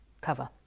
cover